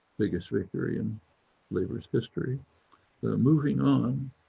biggest victory in labour's history moving on,